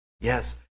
Yes